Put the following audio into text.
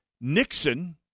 Nixon